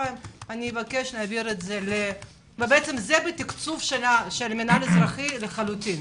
זה בתקצוב של המנהל האזרחי לחלוטין.